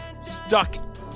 stuck